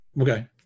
Okay